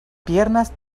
piernas